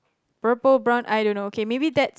purple brown I don't know okay maybe that